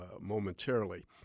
momentarily